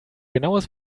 genaues